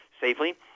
safely